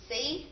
See